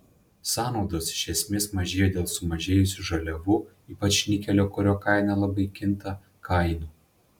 sąnaudos iš esmės mažėjo dėl sumažėjusių žaliavų ypač nikelio kurio kaina labai kinta kainų